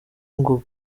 ngo